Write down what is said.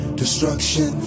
destruction